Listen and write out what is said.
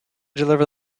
deliver